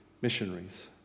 missionaries